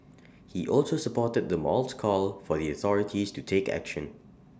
he also supported the mall's call for the authorities to take action